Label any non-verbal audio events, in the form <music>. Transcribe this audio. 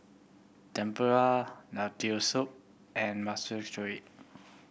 Tempura Lentil Soup and <unintelligible>